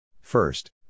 First